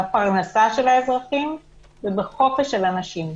בפרנסה של האזרחים ובחופש של אנשים.